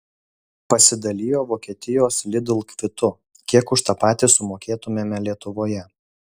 pasidalijo vokietijos lidl kvitu kiek už tą patį sumokėtumėme lietuvoje